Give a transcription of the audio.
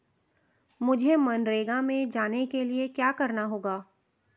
मुझे मनरेगा में जाने के लिए क्या करना होगा?